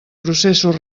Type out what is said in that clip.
processos